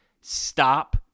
stop